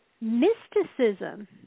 mysticism